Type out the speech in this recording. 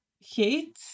hate